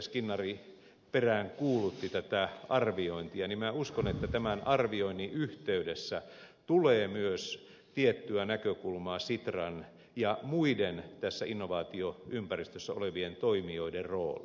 skinnari peräänkuulutti tätä arviointia niin minä uskon että tämän arvioinnin yhteydessä tulee myös tiettyä näkökulmaa sitran ja muiden tässä innovaatioympäristössä olevien toimijoiden rooliin